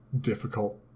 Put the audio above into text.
difficult